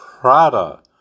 Prada